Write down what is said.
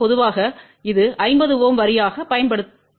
பொதுவாக இது 50 Ω வரி ஆக பயன்படுத்தப்படுகிறது